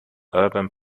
urban